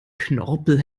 knorpel